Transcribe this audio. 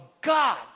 God